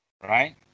Right